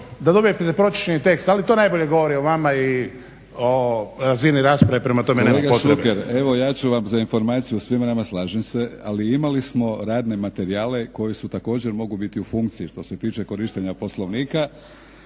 da dobijete pročišćeni tekst ali to najbolje govori o vama i razini rasprave prema tome nema potrebe.